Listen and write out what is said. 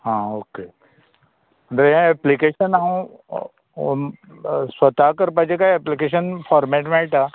हां ओके हें एप्लिकेशन हांव स्वता करपाचें काय एप्लिकेशन फॉर्मेट मेळटा